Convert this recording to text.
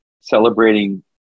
celebrating